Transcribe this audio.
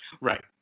Right